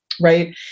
right